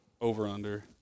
over-under